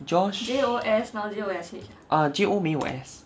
joh err J O 没有 S